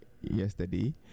yesterday